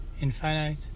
infinite